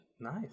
Nice